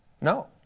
No